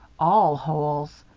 all holes!